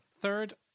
Third